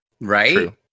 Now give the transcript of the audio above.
Right